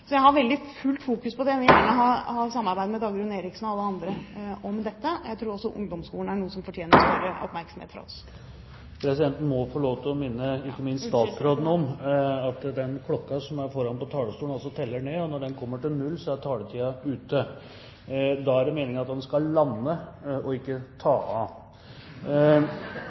Jeg vil ha samarbeid med Dagrun Eriksen og alle andre om dette. Jeg tror også ungdomsskolen fortjener noe større oppmerksomhet fra oss. Presidenten må få lov til å minne – ikke minst statsråden – om at den klokken som er foran på talerstolen, teller ned, og når den kommer til null, er taletiden ute. Da er det meningen at en skal lande, og ikke ta av.